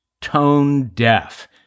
tone-deaf